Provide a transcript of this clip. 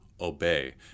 obey